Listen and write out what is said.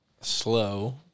Slow